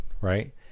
right